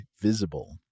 Visible